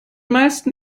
meisten